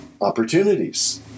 opportunities